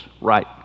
right